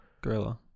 Gorilla